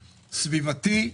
סביבתי,